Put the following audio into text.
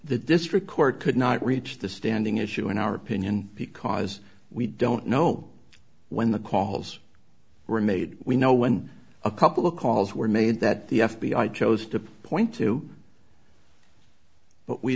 the district court could not reach the standing issue in our opinion because we don't know when the calls were made we know when a couple of calls were made that the f b i chose to point to but we